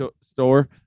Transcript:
store